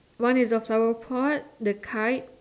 one is the flower pot the kite